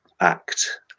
act